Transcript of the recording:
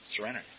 surrender